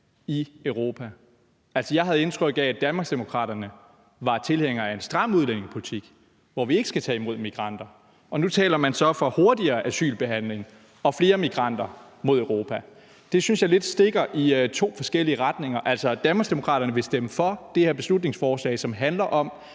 i Europa. Jeg havde indtryk af, at Danmarksdemokraterne var tilhængere af en stram udlændingepolitik, hvor vi ikke skal tage imod migranter, og nu taler man så for hurtigere asylbehandling og flere migranter mod Europa. Det synes jeg lidt stikker i to forskellige retninger. Altså, Danmarksdemokraterne vil stemme for det her beslutningsforslag, som handler om,